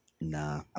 Nah